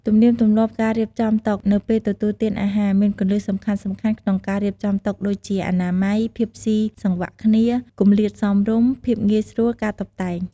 ទំនៀមទម្លាប់ ការរៀបចំតុ នៅពេលទទួលទានអាហារមានគន្លឹះសំខាន់ៗក្នុងការរៀបចំតុដូចជា អនាម័យ ភាពស៊ីសង្វាក់គ្នា គម្លាតសមរម្យ ភាពងាយស្រួល ការតុបតែង។